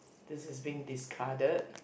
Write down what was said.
this is being discarded